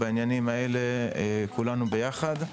בעניינים האלו כולנו ביחד.